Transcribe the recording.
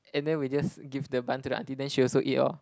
and then we just give the bun to the aunty then she also eat orh